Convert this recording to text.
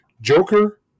Joker